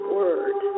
word